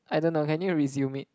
I don't know can you resume it